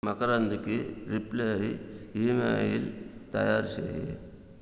మకరంద్కి reply email తయారుచేయి